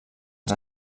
els